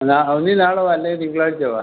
എന്നാൽ ഒന്നി നാളെ വാ അല്ലേൽ തിങ്കളാഴ്ച വാ